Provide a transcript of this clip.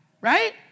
right